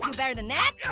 um better than that.